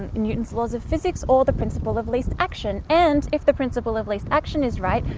newton's laws of physics or the principle of least action and if the principle of least action is right,